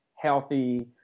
healthy